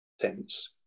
tense